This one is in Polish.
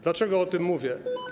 Dlaczego o tym mówię?